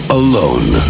alone